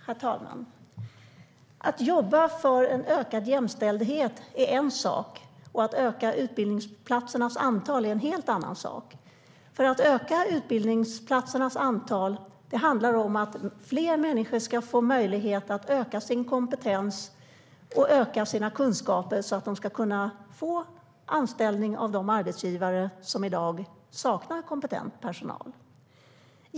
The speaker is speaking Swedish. Herr talman! Att jobba för en ökad jämställdhet är en sak. Att öka utbildningsplatsernas antal är en helt annan sak. Att öka utbildningsplatsernas antal handlar om att fler människor ska få möjlighet att öka sin kompetens och sina kunskaper så att de ska kunna få anställning av de arbetsgivare som i dag saknar kompetent personal.